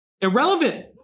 irrelevant